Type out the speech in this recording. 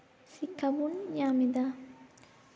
ᱥᱤᱠᱠᱷᱟ ᱵᱚᱱ ᱧᱟᱢᱮᱫᱟ